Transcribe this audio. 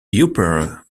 upper